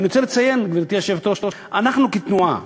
ואני רוצה לציין, גברתי היושבת-ראש, אנחנו כתנועה